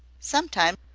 sometimes,